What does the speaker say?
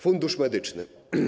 Fundusz Medyczny.